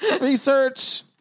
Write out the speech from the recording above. research